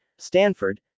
Stanford